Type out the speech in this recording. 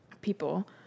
people